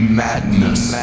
madness